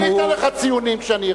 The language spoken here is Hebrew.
אני אתן לך ציונים כשאני ארצה.